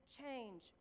change